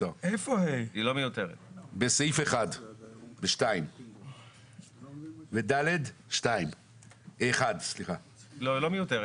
והוא מסומן אצלכם 1א. אני אקריא.